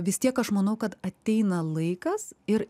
vis tiek aš manau kad ateina laikas ir